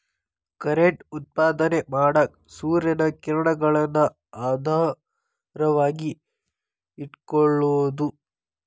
current ಉತ್ಪಾದನೆ ಮಾಡಾಕ ಸೂರ್ಯನ ಕಿರಣಗಳನ್ನ ಆಧಾರವಾಗಿ ಇಟಕೊಳುದು